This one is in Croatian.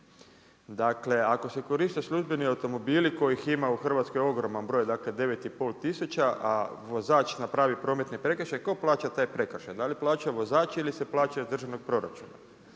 Dakle, ako se koriste službeni automobili, kojih ima u Hrvatskoj ogroman broj, dakle 9500 a vozač napravi prometni prekršaj, tko plaća taj prekršaj? Da li plaća vozač ili se plaća iz državnog proračuna?